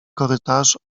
korytarz